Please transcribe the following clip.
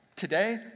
Today